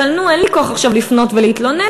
אבל אין לי כוח עכשיו לפנות ולהתלונן,